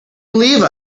believe